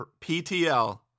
PTL